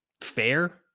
fair